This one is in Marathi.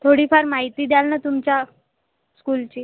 थोडीफार माहिती द्याल ना तुमच्या स्कूलची